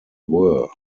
were